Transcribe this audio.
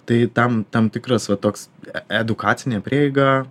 tai tam tam tikras va toks e edukacinė prieiga